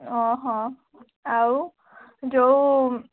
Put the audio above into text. ଆଉ ଯେଉଁ